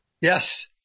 Yes